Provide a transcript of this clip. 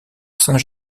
saint